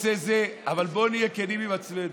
אבל בואו נהיה כנים עם עצמנו.